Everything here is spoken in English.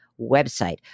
website